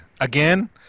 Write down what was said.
Again